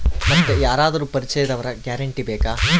ಮತ್ತೆ ಯಾರಾದರೂ ಪರಿಚಯದವರ ಗ್ಯಾರಂಟಿ ಬೇಕಾ?